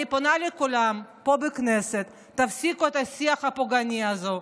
אני פונה לכולם פה בכנסת: תפסיקו את השיח הפוגעני הזה.